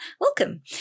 welcome